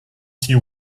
six